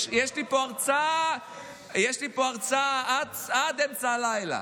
יש לי פה הרצאה עד אמצע הלילה.